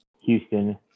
Houston